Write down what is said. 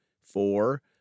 Four